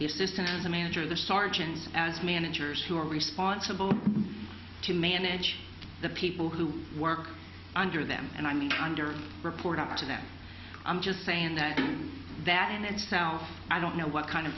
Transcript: the manager the sergeants as managers who are responsible to manage the people who work under them and i'm kinder report up to them i'm just saying that that in itself i don't know what kind of